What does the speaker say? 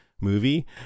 movie